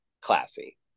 classy